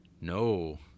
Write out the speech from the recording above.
No